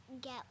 get